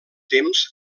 temps